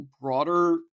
broader